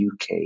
UK